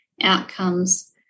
outcomes